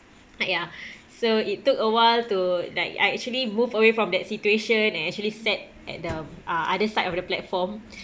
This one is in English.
like ya so it took a while to like I actually moved away from that situation and actually sat at the uh other side of the platform